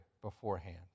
beforehand